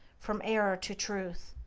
from error to truth,